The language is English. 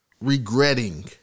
Regretting